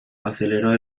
aceleró